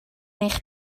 eich